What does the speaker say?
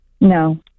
No